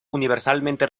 universalmente